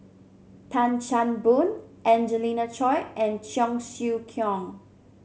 Tan Chan Boon Angelina Choy and Cheong Siew Keong